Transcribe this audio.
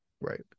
right